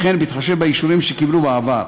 וכן בהתחשב באישורים שקיבלו בעבר.